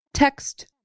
Text